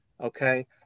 Okay